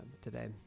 today